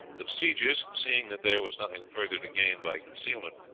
the besiegers, seeing that there was nothing further to gain by concealment,